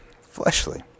fleshly